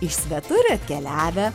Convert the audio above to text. iš svetur atkeliavę